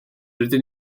rydyn